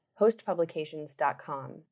hostpublications.com